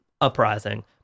Uprising